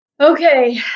Okay